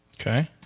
okay